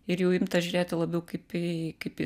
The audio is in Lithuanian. ir jau imta žiūrėti labiau kaip į kaip į